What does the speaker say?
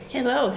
Hello